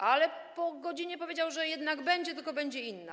Ale po godzinie powiedział, że jednak będzie, tylko będzie inna.